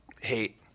hate